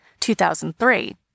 2003